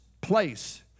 place